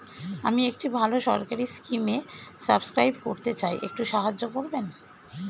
আমি একটি ভালো সরকারি স্কিমে সাব্সক্রাইব করতে চাই, একটু সাহায্য করবেন?